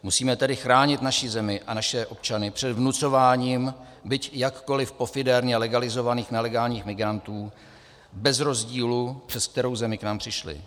Musíme tedy chránit naši zemi a naše občany před vnucováním byť jakkoliv pofidérně legalizovaných nelegálních migrantů bez rozdílu, přes kterou zemi k nám přišli.